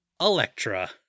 Electra